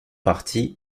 parti